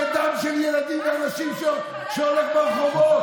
זה דם של ילדים ואנשים שהולכים ברחובות.